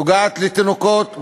נוגעת לתינוקות,